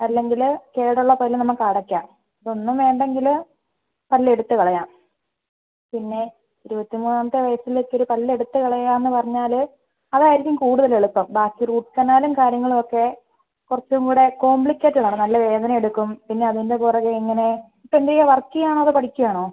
അല്ലെങ്കിൽ കേട് ഉള്ള പല്ല് നമുക്ക് അടയ്ക്കാം ഇതൊന്നും വേണ്ടെങ്കിൽ പല്ല് എടുത്ത് കളയാം പിന്നെ ഇരുപത്തിമൂന്നാമത്തെ വയസ്സിൽ ഒരു പല്ല് എടുത്ത് കളയുക എന്ന് പറഞ്ഞാൽ അതായിരിക്കും കൂടുതൽ എളുപ്പം ബാക്കി റൂട്ട് കനാലും കാര്യങ്ങളും ഒക്കെ കുറച്ചുംകൂടെ കോംബ്ലിക്കേറ്റഡാണ് നല്ല വേദന എടുക്കും പിന്നെ അതിന്റെ പുറകെ ഇങ്ങനെ ഇപ്പം എന്ത് ചെയ്യുകയാണ് വര്ക്ക് ചെയ്യുകയാണോ അതോ പഠിക്കുകയാണോ